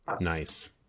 Nice